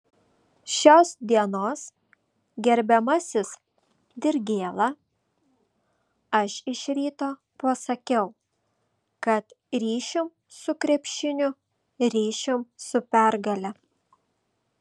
šios dienos gerbiamasis dirgėla aš iš ryto pasakiau kad ryšium su krepšiniu ryšium su pergale